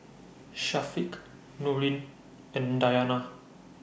Syafiq Nurin and Dayana